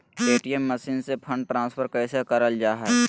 ATM machine से fund transfer कैसे करल जा है?